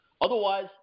otherwise